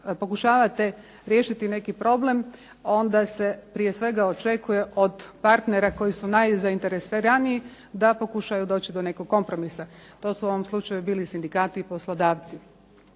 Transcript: pokušavate riješiti neki problem, onda se prije svega očekuje od partnera koji su najzaineresiraniji da pokušaju doći do nekog kompromisa, to su u ovom slučaju bili sindikati i poslodavci.